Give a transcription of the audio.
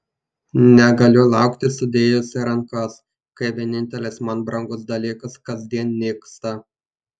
negaliu laukti sudėjusi rankas kai vienintelis man brangus dalykas kasdien nyksta